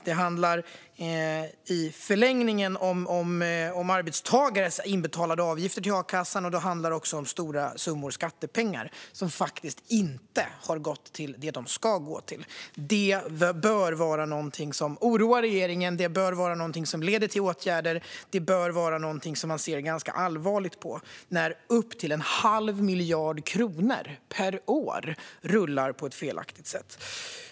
Det handlar i förlängningen om arbetstagares inbetalade avgifter till a-kassan, och det handlar också om stora summor skattepengar som inte har gått till det de ska gå till. Det bör vara någonting som oroar regeringen, det bör vara någonting som leder till åtgärder och det bör vara någonting som man ser ganska allvarligt på när upp till en halv miljard kronor per år rullar på ett felaktigt sätt.